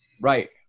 Right